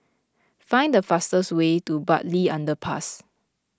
find the fastest way to Bartley Underpass